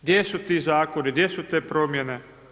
Gdje su ti zakoni, gdje su te promjene?